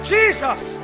Jesus